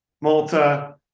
Malta